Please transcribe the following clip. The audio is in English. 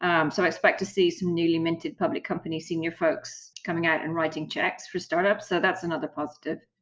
um so expect to see some newly-minted public company senior folks coming out and writing checks for startups. so that's another positive.